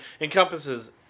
encompasses